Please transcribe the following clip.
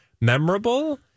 memorable